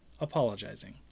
apologizing